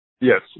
Yes